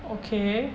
okay